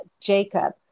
Jacob